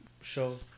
show